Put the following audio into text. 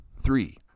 Three